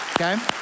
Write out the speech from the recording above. okay